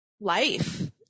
life